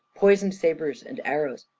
poisoned sabres and arrows,